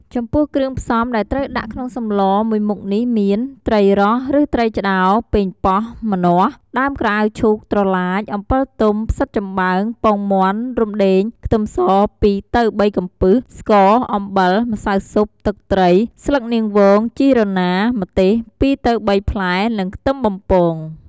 ចំពោះគ្រឿងផ្សំដែលត្រូវដាក់ក្នុងសម្លមួយមុខនេះមាន ត្រីរ៉ស់ឬត្រីឆ្ដោរ ប៉េងប៉ោះ ម្នាស់ ដើមក្រអៅឈូក ត្រឡាច អំពិលទុំ ផ្សិតចំបើង ពងមាន់ រំដេង ខ្ទឹមស ២ទៅ៣ កំពឹស ស្ករ អំបិល ម្សៅស៊ុប ទឹកត្រី ស្លឹកនាងវង ជីរណា ម្ទេស ២ទៅ៣ ផ្លែ និងខ្ទឹមបំពង។